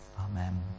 Amen